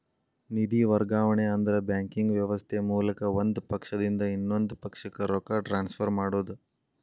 ನಿಧಿ ವರ್ಗಾವಣೆ ಅಂದ್ರ ಬ್ಯಾಂಕಿಂಗ್ ವ್ಯವಸ್ಥೆ ಮೂಲಕ ಒಂದ್ ಪಕ್ಷದಿಂದ ಇನ್ನೊಂದ್ ಪಕ್ಷಕ್ಕ ರೊಕ್ಕ ಟ್ರಾನ್ಸ್ಫರ್ ಮಾಡೋದ್